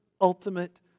ultimate